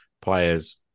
player's